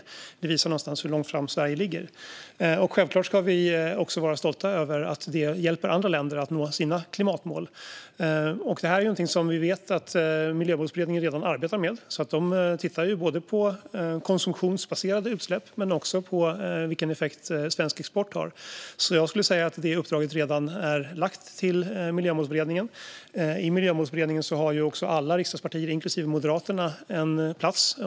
Det visar någonstans hur långt fram Sverige ligger. Självklart ska vi också vara stolta över att vi hjälper andra länder att nå sina klimatmål. Detta är något som vi vet att Miljömålsberedningen redan arbetar med. De tittar på konsumtionsbaserade utsläpp men också på vilken effekt svensk export har. Jag skulle alltså säga att det uppdraget redan är lagt på Miljömålsberedningen. I Miljömålsberedningen har alla riksdagspartier, inklusive Moderaterna, en plats.